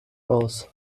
aus